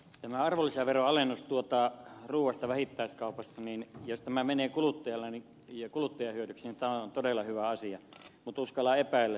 jos tämä arvonlisäveron alennus ruuasta vähittäiskaupassa menee kuluttajan hyödyksi niin tämä on todella hyvä asia mutta uskallan epäillä sitä